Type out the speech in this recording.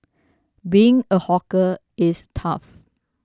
being a hawker is tough